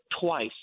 twice